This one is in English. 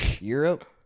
Europe